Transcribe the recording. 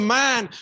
man